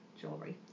jewelry